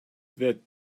that